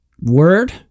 word